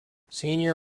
senior